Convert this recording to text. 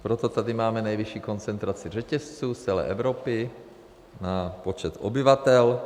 Proto tady máme nejvyšší koncentraci řetězců z celé Evropy na počet obyvatel.